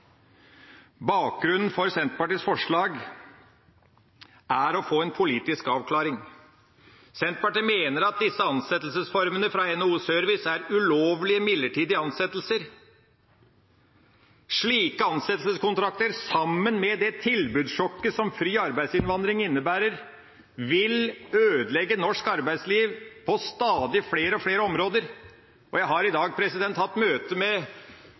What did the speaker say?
Bakgrunnen for Senterpartiets forslag er å få en politisk avklaring. Senterpartiet mener at disse ansettelsesformene fra NHO Service er ulovlige midlertidige ansettelser. Slike ansettelseskontrakter, sammen med det tilbudssjokket som fri arbeidsinnvandring innebærer, vil ødelegge norsk arbeidsliv på stadig flere områder. Jeg har i dag hatt møte med